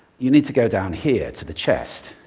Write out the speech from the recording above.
you need to go down here to the chest.